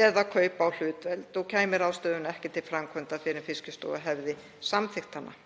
eða kaupa á hlutdeild og kæmi ráðstöfunin ekki til framkvæmda fyrr en Fiskistofa hefði samþykkt hana.